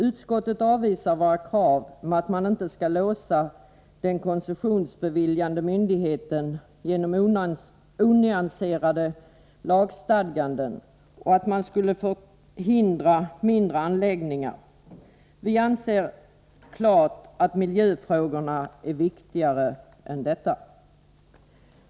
Utskottet avvisar våra krav med att man inte skall låsa den koncessionsbeviljande myndigheten genom onyanserade lagstadganden och att mindre anläggningar skulle förhindras. Vi anser klart att miljöfrågorna är viktigare än detta.